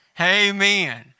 Amen